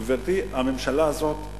גברתי, הממשלה הזאת,